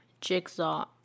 Jigsaw